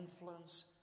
influence